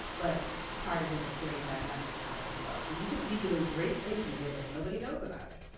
but part of it is getting that message out, as well. so, you could be doing great things in here, but nobody knows about it,